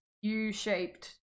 U-shaped